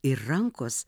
ir rankos